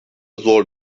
zor